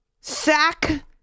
sack